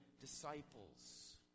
disciples